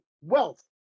wealth